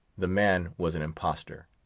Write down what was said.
the man was an impostor.